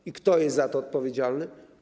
I kto jest za to odpowiedzialny?